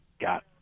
got